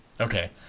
Okay